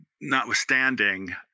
notwithstanding